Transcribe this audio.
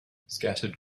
scattered